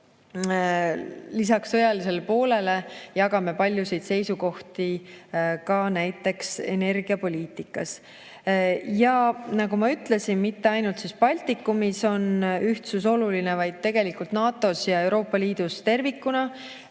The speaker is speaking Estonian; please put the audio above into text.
lisaks sõjalisele poolele jagame paljusid seisukohti ka näiteks energiapoliitikas. Ja nagu ma ütlesin, mitte ainult Baltikumis pole ühtsus oluline, vaid tegelikult NATO-s ja Euroopa Liidus tervikuna.